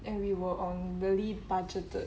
and we were on billy budgeted